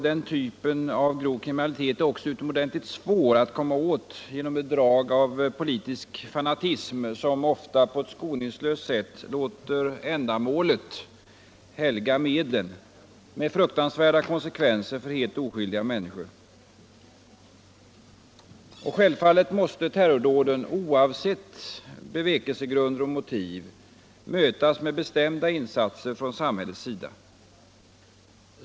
Den typen av grov kriminalitet är också utomordentligt svår att komma åt genom det drag av politisk fanatism som ofta på ett skoningslöst sätt låter ändamålet helga medlen — med fruktansvärda konsekvenser för helt oskyldiga människor. Självfallet måste terrordåden — oavsett bevekelsegrunder och motiv — mötas med bestämda insatser från samhällets sida.